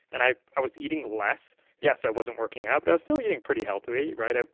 and i i was eating less. yes, i wasn't working out but i was still eating pretty healthy, right? ah